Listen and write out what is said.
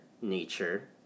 nature